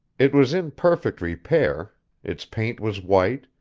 it was in perfect repair its paint was white,